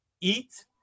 eat